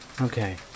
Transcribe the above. Okay